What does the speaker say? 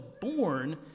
born